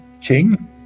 king